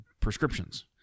prescriptions